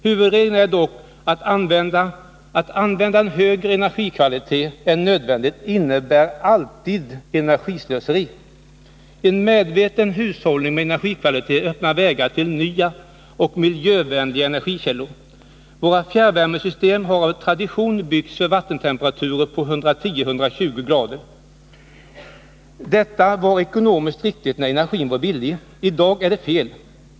Huvudregeln är dock att användande av högre energikvalitet än nödvändigt alltid innebär energislöseri. En medveten hushållning med energikvalitet öppnar vägen till nya och miljövänliga energikällor. Våra fjärrvärmesystem har av tradition byggts för vattentemperaturer på +110-120PC. Detta var ekonomiskt riktigt när energin var billig. I dag är det fel.